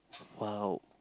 !wow!